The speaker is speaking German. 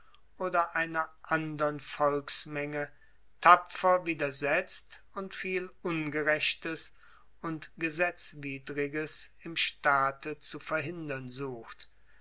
oder einer andern volksmenge tapfer widersetzt und viel ungerechtes und gesetzwidriges im staate zu verhindern sucht